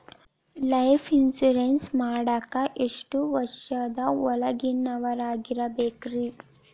Life insurance ಮಾಡಾಕ ಎಷ್ಟು ವರ್ಷದ ಒಳಗಿನವರಾಗಿರಬೇಕ್ರಿ?